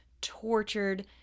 tortured